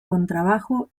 contrabajo